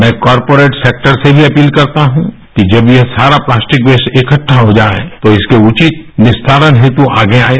मैं corporate sector से भी अपील करता हूँ कि जब ये सारा प्लास्टिक वेस्ट इकठ्ठा हो जाए तो इसके उचित निस्तारण हेतु आगे आयें